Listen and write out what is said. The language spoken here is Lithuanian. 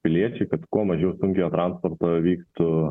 piliečiai kad kuo mažiau sunkiojo transporto vyktų